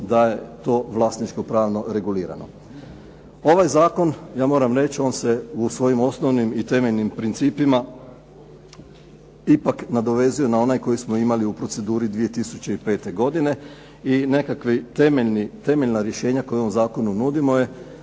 da je to vlasničko-pravno regulirano. Ovaj zakon, ja moram reći, on se u svojim osnovnim i temeljnim principima ipak nadovezuje na onaj koji smo imali u proceduri 2005. godine i nekakva temeljna rješenja koja u ovom zakonu nudimo,